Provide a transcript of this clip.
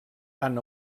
han